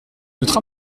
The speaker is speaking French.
notre